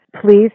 please